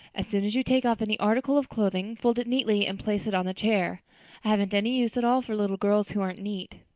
as soon as you take off any article of clothing fold it neatly and place it on the chair. i haven't any use at all for little girls who aren't neat.